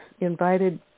invited